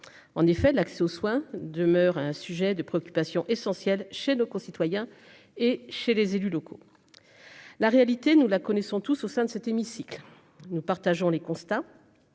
En effet l'accès aux soins demeure un sujet de préoccupation essentielle chez nos concitoyens et chez les élus locaux. La réalité, nous la connaissons tous au sein de cet hémicycle, nous partageons les constats.